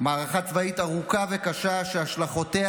מערכה צבאית ארוכה וקשה שהשלכותיה